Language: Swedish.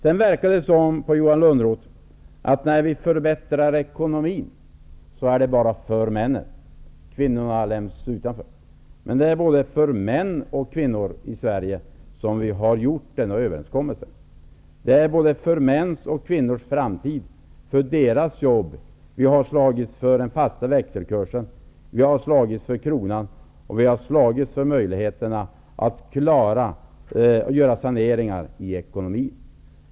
Det förefaller som om Johan Lönnroth anser att när vi förbättrar ekonomin, så är det bara för männen medan kvinnorna ställs utanför. Det är emellertid både för män och kvinnor i Sverige som vi träffat denna överenskommelse. Det är både för mäns och för kvinnors framtid och för deras jobb vi har slagits för den fasta växelkursen, slagits för kronan och slagits för möjligheterna att göra saneringar i ekonomin.